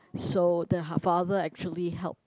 so their ha~ father actually helped